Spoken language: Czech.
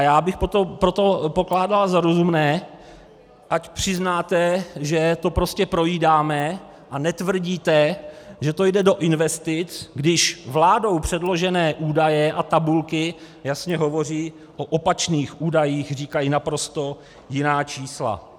Já bych proto pokládal za rozumné, ať přiznáte, že to prostě projídáme, a netvrdíme, že to jde do investic, když vládou předložené údaje a tabulky jasně hovoří o opačných údajích, říkají naprosto jiná čísla.